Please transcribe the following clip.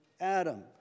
Adam